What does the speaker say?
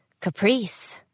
Caprice